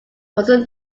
also